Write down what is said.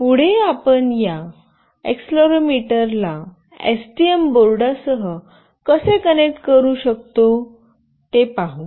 पुढे आपण या एक्सेलेरोमीटरला एसटीएम बोर्डासह कसे कनेक्ट करू शकतो ते पाहू